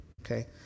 Okay